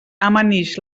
amanix